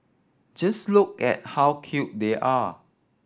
just look at how cute they are